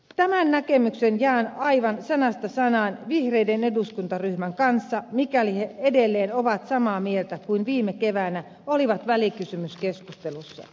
tämän näkemyksen jaan aivan sanasta sanaan vihreiden eduskuntaryhmän kanssa mikäli he edelleen ovat samaa mieltä kuin viime keväänä olivat välikysymyskeskustelussa